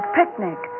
picnic